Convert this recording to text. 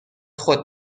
خود